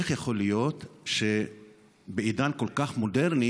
איך יכול להיות שבעידן כל כך מודרני,